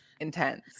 intense